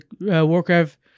Warcraft